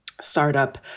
startup